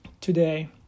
today